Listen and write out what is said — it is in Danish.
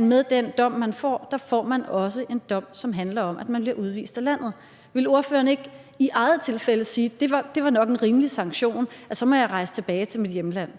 med den dom, man får, også får en dom, der handler om, at man bliver udvist af landet. Vil ordføreren ikke i eget tilfælde sige, at det nok var en rimelig sanktion, nemlig at jeg så må rejse tilbage til mit hjemland?